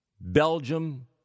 Belgium